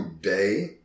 Day